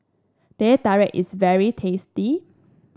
Teh Tarik is very tasty